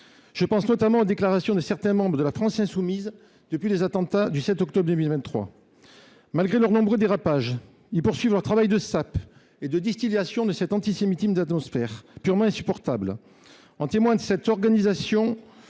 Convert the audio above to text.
Je pense notamment aux déclarations de membres de La France insoumise depuis les attentats du 7 octobre 2023. Malgré leurs nombreux dérapages, ils poursuivent leur travail de sape et de distillation de cet antisémitisme d’atmosphère purement insupportable. En témoigne l’organisation